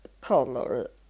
color